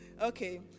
Okay